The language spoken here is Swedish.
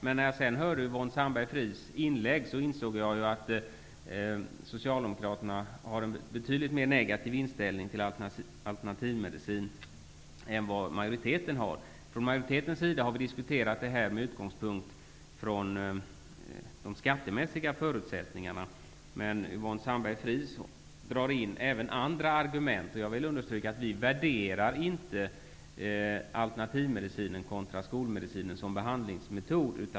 Men när jag sedan hörde Yvonne Sandberg-Fries inlägg insåg jag att Socialdemokraterna har en betydligt mer negativ inställning till alternativmedicin än majoriteten har. Majoriteten har diskuterat detta med utgångspunkt från de skattemässiga förutsättningarna, men Yvonne Sandberg-Fries drar in även andra argument. Jag vill understryka att vi inte värderar alternativmedicinen kontra skolmedicinen som behandlingsmetod.